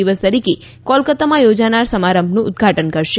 દિવસ તરીકે કોલાકાતામાં યોજાનાર સમારંભનું ઉદ્વાટન કરશે